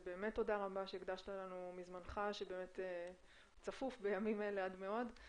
ובאמת תודה רבה שהקדשת לנו מזמנך שצפוף בימים אלה עד מאוד.